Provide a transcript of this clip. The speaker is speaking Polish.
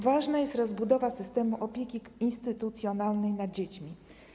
Ważna jest rozbudowa systemu opieki instytucjonalnej nad dziećmi.